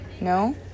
no